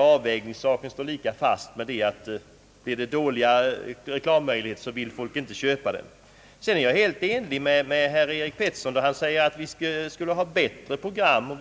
Avvägningsfrågan står fast: får man dålig valuta för sin reklam vill man inte köpa reklamtid. Jag är helt enig med herr Peterson när han säger att vi borde ha bättre program.